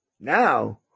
now